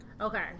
okay